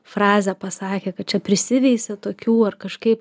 frazę pasakė kad čia prisiveisė tokių ar kažkaip